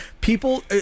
People